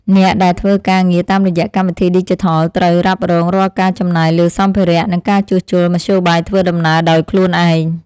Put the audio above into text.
អ្នកដែលធ្វើការងារតាមរយៈកម្មវិធីឌីជីថលត្រូវរ៉ាប់រងរាល់ការចំណាយលើសម្ភារៈ និងការជួសជុលមធ្យោបាយធ្វើដំណើរដោយខ្លួនឯង។